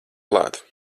klāt